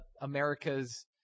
America's